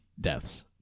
deaths